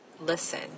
listen